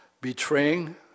betraying